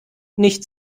nicht